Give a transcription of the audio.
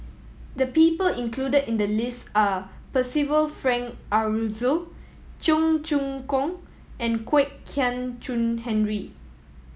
the people included in the list are Percival Frank Aroozoo Cheong Choong Kong and Kwek Hian Chuan Henry